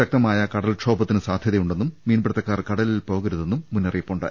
ശക്തമായ കടൽക്ഷോ ഭത്തിന് സാധ്യതയുണ്ടെന്നും മീൻപിടുത്തക്കാർ കടലിൽ പോകരുതെന്നും മുന്നറിയിപ്പുണ്ട്